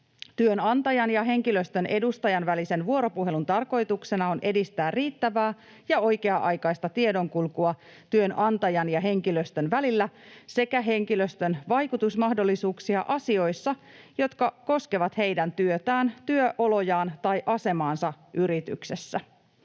Työnantajan ja henkilöstön edustajan välisen vuoropuhelun tarkoituksena on edistää riittävää ja oikea-aikaista tiedonkulkua työnantajan ja henkilöstön välillä sekä henkilöstön vaikutusmahdollisuuksia asioissa, jotka koskevat heidän työtään, työolojaan tai asemaansa yrityksessä.